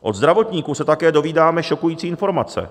Od zdravotníků se také dozvídáme šokující informace.